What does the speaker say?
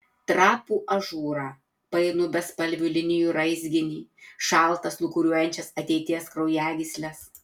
trapų ažūrą painų bespalvių linijų raizginį šaltas lūkuriuojančias ateities kraujagysles